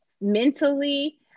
mentally